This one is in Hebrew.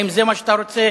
האם זה מה שאתה רוצה?